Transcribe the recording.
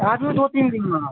आबू दू तीन दिनमे अहाँ